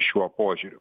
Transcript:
šiuo požiūriu